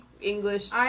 English